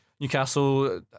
Newcastle